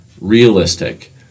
realistic